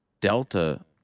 delta